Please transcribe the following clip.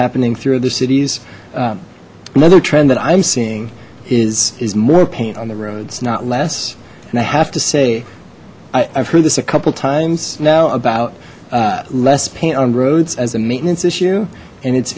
happening through other cities another trend that i'm seeing is is more paint on the roads not less and i have to say i've heard this a couple times now about less paint on roads as a maintenance issue and it's